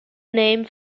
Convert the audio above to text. name